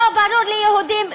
לא ברור ליהודים,